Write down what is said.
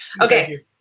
Okay